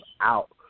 out